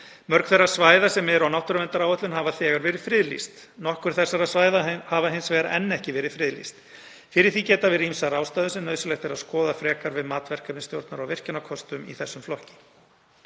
Mörg þeirra svæða sem eru á náttúruverndaráætlun hafa þegar verið friðlýst. Nokkur þessara svæða hafa hins vegar enn ekki verið friðlýst. Fyrir því geta verið ýmsar ástæður sem nauðsynlegt er að skoða frekar við mat verkefnisstjórnar á virkjunarkostum í þessum flokki.